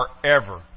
forever